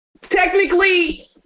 technically